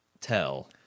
tell